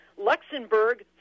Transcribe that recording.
Luxembourg